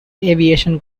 aviation